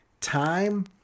time